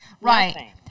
right